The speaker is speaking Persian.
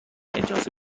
اجازه